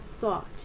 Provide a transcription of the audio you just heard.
thought